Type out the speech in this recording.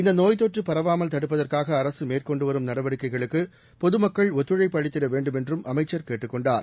இந்த நோய் தொற்று பரவாமல் தடுப்பதற்காக அரசு மேற்கொண்டு வரும் நடவடிக்கைகளுக்கு பொதுமக்கள் ஒத்துழைப்பு அளித்திட வேண்டுமென்றும் அமைச்சர் கேட்டுக் கொண்டார்